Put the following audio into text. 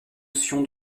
notion